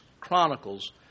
Chronicles